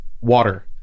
water